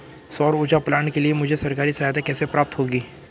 सौर ऊर्जा प्लांट के लिए मुझे सरकारी सहायता कैसे प्राप्त होगी?